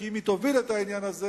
כי אם היא תוביל את העניין הזה